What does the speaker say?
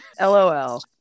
lol